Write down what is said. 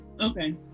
Okay